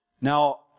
Now